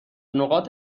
نقاط